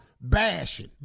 bashing